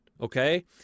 Okay